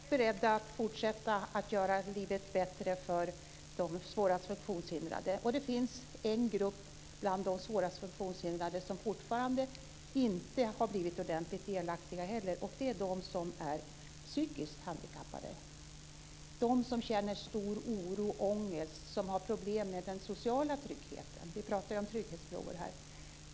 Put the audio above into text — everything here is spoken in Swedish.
Herr talman! Ja, vi är beredda att fortsätta att göra livet bättre för de svårast funktionshindrade. Det finns en grupp bland dessa som fortfarande inte har blivit ordentligt delaktig, och det är de psykiskt handikappade, de som känner stor oro och ångest och som har problem med den sociala tryggheten. Vi pratar ju om trygghetsfrågor här.